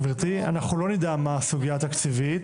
גברתי, אנחנו לא נדע מה הסוגיה התקציבית.